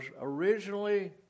originally